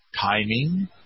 timing